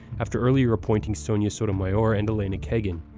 after earlier appointing sonia sotomayor and elena kagan.